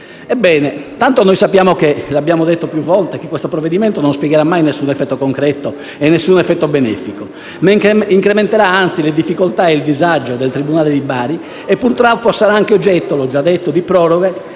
Ebbene, tanto noi sappiamo - l'abbiamo detto più volte - che questo provvedimento non spiegherà mai alcun effetto concreto e benefico, ma incrementerà anzi le difficoltà e il disagio del tribunale di Bari e purtroppo sarà oggetto - l'ho già detto - di proroghe